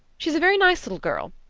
she's a very nice little girl,